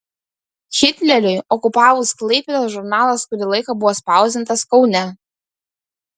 hitleriui okupavus klaipėdą žurnalas kurį laiką buvo spausdintas kaune